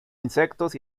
insectos